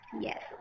Yes